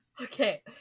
Okay